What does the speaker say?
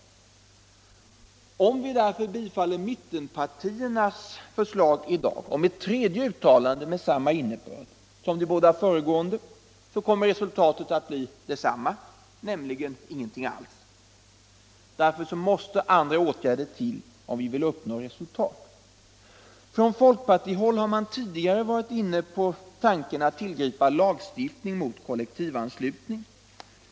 Om vi därför i dag bifaller mittenpartiernas förslag om ett tredje uttalande med samma innebörd som de båda föregående, kommer resultatet att bli detsamma, nämligen ingenting alls. Därför måste andra åtgärder till om man vill uppnå resultat. Från folkpartihåll har man tidigare varit inne på tanken att tillämpa lagstiftning mot kollektivanslutning.